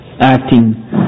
acting